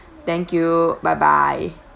thank you bye bye